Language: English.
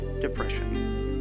depression